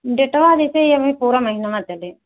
डेटवा जैसे अभी पूरा महीनवा चलें